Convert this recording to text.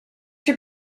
się